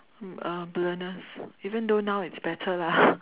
uh blurness even though now it's better lah